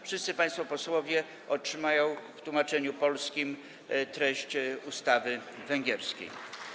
Wszyscy państwo posłowie otrzymają w tłumaczeniu polskim treść ustawy węgierskiej.